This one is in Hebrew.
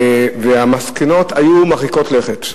המסקנות היו מרחיקות לכת.